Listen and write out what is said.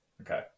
Okay